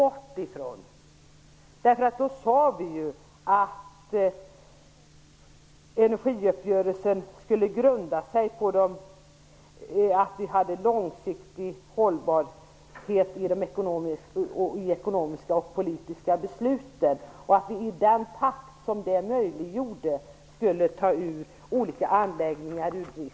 Då sade vi att energiuppgörelsen skulle grunda sig på att vi hade en långsiktig hållbarhet i de ekonomiska och politiska besluten och att vi i den takt som det möjliggjordes skulle ta olika anläggningar ur drift.